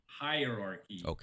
hierarchy